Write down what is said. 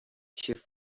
she